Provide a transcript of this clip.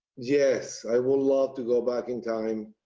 yes, i will love to go back in time,